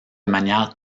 manière